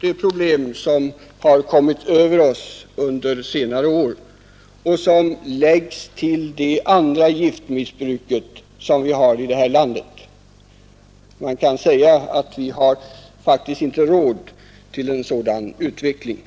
de problem som har kommit över oss under senare år och som läggs till det andra giftmissbruket som finns i det här landet. Man kan säga att vi faktiskt inte har råd med en sådan utveckling.